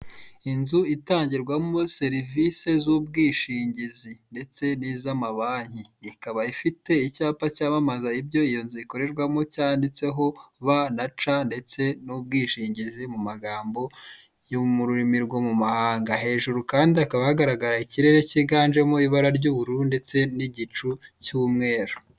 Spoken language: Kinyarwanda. Inzu itangirwamo serivise z'ubwishingizi ndetse n'iz'amabanki, ikaba ifite icyapa cyamamaza ibyo iyo nzu ikorerwamo cyanditseho ba na ca ndetse n'ubwishingizi mu magambo yo mururimi rwo mu mahanga, hajuru kandi hakaba hagaragara ikirere kiganjemo ibara ry'ubururu ndetse n'igicu cy'umweru.